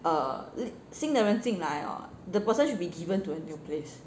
err 新的人进来 hor the person should be given to a new space